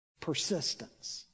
Persistence